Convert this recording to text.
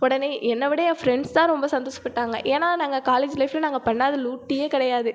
உடனே என்னை விட என் ஃப்ரெண்ட்ஸ் தான் ரொம்ப சந்தோஷப்பட்டாங்க ஏன்னால் நாங்கள் காலேஜ் லைஃப்பில் நாங்கள் பண்ணாத லூட்டியே கிடையாது